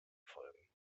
folgen